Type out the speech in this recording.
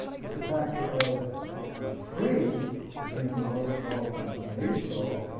it's a factor of three between the most developed and and the least developed,